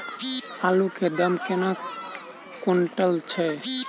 आलु केँ दाम केना कुनटल छैय?